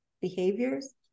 behaviors